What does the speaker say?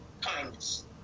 kindness